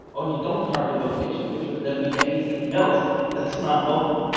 or you don't target location, which would then be anything else. that's not local.